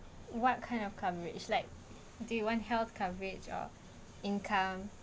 what kind of coverage like do you want health coverage or income